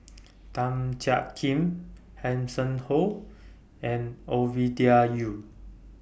Tan Jiak Kim Hanson Ho and Ovidia Yu